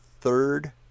third